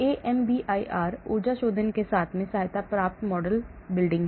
AMBER ऊर्जा शोधन के साथ सहायता प्राप्त मॉडल बिल्डिंग